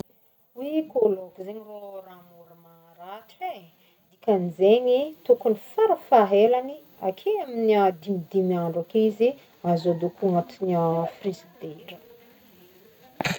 Hoy, kô lôko zegny rô raha mora maratra e, dikan'izegny tokogny farafahelagny ake amy dimidimy andro ake izy azo adoko anaty frizidera.